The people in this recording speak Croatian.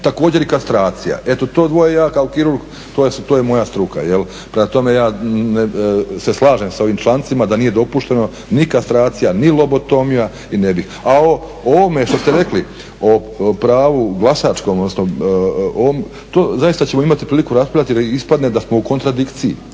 također i kastracija. Eto to dvoje ja kao kirurg, to je moja struka. Prema tome, ja se slažem s ovim člancima da nije dopušteno ni kastracija, ni lobotomija i ne bi. A o ovome što ste rekli, o pravu glasačkom, odnosno ovom, to, zaista ćemo imati priliku raspravljati da ispadne da smo u kontradikciji.